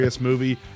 movie